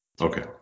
Okay